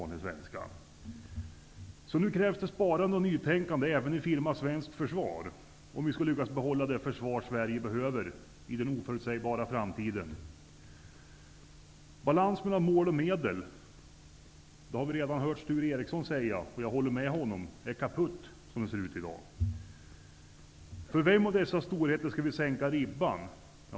Nu krävs det sparande och nytänkande även i Firma svenskt försvar om vi skall lyckas behålla det försvar Sverige behöver i den oförutsägbara framtiden. Vi har redan hört Sture Ericson säga att det inte finns någon balans mellan mål och medel. Jag håller med honom. För vilken av dessa storheter skall vi sänka ribban?